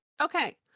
Okay